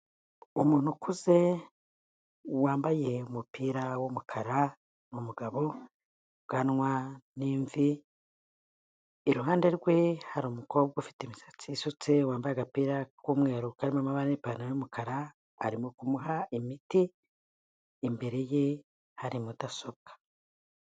Umuntu ukuze wambaye umupira w'umukara ni umugabo, ubwanwa ni imvi, iruhande rwe hari umukobwa ufite imisatsi isutse, wambaye agapira k'umweru karimo amabara n'ipantaro y'umukara arimo kumuha imiti, imbere ye hari mudasobwa.